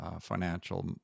financial